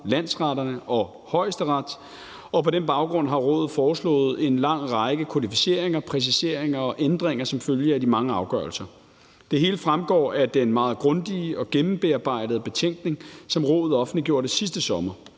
landsretterne og Højesteret, og på den baggrund har rådet foreslået en lang række kodificeringer, præciseringer og ændringer som følge af de mange afgørelser. Det hele fremgår af den meget grundige og gennembearbejdede betænkning, som rådet offentliggjorde sidste sommer,